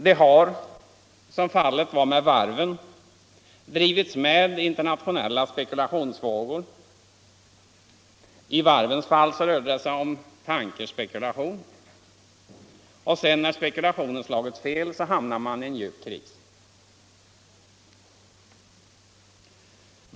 De har, som fallet är med varven, drivits med i internationella spekulationsvågor — i varvens fall rörde det sig om tankersspekulation — och sedan när spekulationen slagit fel hamnat 1 djup kris.